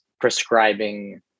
prescribing